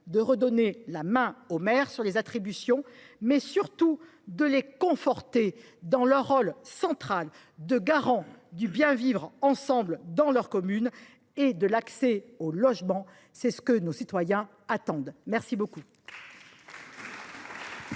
redonner aux maires la main sur les attributions, mais surtout les conforter dans leur rôle central de garant et du bien vivre ensemble dans leur commune et de l’accès au logement. C’est ce que nos concitoyens attendent. La parole